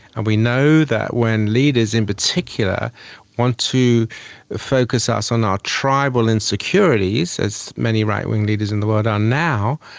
and we know that when leaders in particular want to focus us on our tribal insecurities, as many right-wing leaders in the world are now,